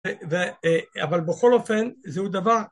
אבל בכל אופן זהו דבר